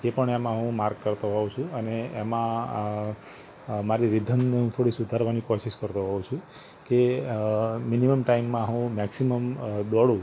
એ પણ એમાં હું માર્ક કરતો હોઉં છું અને એમાં મારી રીધમ હું થોડી સુધારવાની કોશિશ કરતો હોઉં છું કે મિનિમમ ટાઈમમાં હું મૅક્સિમમ દોડું